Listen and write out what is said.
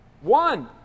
One